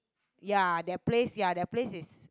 ya that place ya that place is